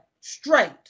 straight